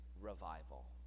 revival